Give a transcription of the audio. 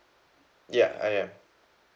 ya I am